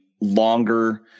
longer